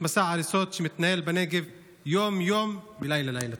מסע ההריסות שמתנהל בנגב יום-יום ולילה-לילה.